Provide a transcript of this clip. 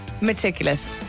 Meticulous